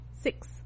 six